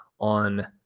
On